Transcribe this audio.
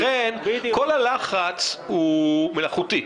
לכן, כל הלחץ הוא מלאכותי.